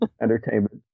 entertainment